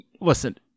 listen